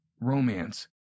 romance